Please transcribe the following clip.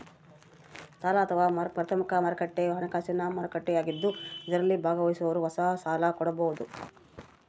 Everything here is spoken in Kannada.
ಸಾಲ ಅಥವಾ ಪ್ರಾಥಮಿಕ ಮಾರುಕಟ್ಟೆ ಹಣಕಾಸಿನ ಮಾರುಕಟ್ಟೆಯಾಗಿದ್ದು ಇದರಲ್ಲಿ ಭಾಗವಹಿಸೋರು ಹೊಸ ಸಾಲ ಕೊಡಬೋದು